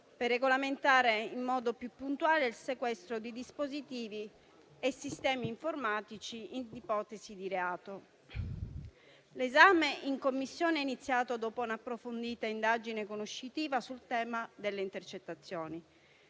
per regolamentare in modo più puntuale il sequestro di dispositivi e di sistemi informatici in ipotesi di reato. L'esame in Commissione è iniziato dopo un'approfondita indagine conoscitiva sul tema delle intercettazioni.